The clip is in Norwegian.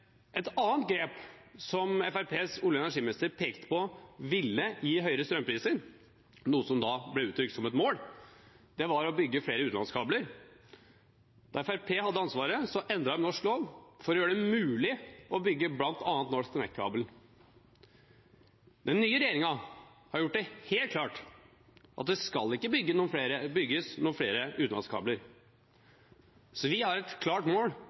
Et annet grep som Fremskrittspartiets olje- og energiminister pekte på ville gi høyere strømpriser, noe som da ble uttrykt som et mål, var å bygge flere utenlandskabler. Da Fremskrittspartiet hadde ansvaret, endret de norsk lov for å gjøre det mulig å bygge bl.a. NorthConnect-kabelen. Den nye regjeringen har gjort det helt klart at det ikke skal bygges flere utenlandskabler. Så vi har et klart mål